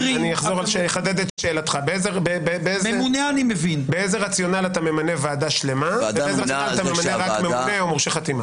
אתה ממנה ועדה שלמה ובאיזה רציונל אתה ממנה רק ממונה או מורשה חתימה.